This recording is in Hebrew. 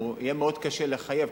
יהיה מאוד קשה לחייב,